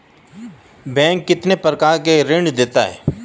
Bank कितने प्रकार के ऋण देता है?